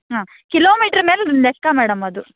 ಹಾಂ ಕಿಲೋಮೀಟ್ರ್ ಮೇಲೆ ಲೆಕ್ಕ ಮೇಡಮ್ ಅದು